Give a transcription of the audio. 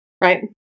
right